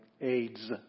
AIDS